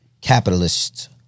Capitalists